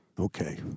Okay